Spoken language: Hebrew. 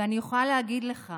ואני יכולה להגיד לך